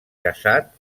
casat